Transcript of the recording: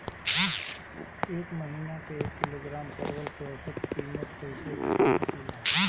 एक महिना के एक किलोग्राम परवल के औसत किमत कइसे पा सकिला?